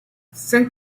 cinq